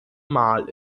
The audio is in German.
mal